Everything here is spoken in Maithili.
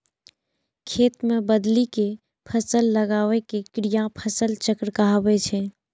खेत मे बदलि कें फसल लगाबै के क्रिया फसल चक्र कहाबै छै